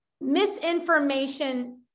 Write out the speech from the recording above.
misinformation